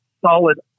solid